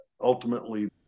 ultimately